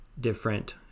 different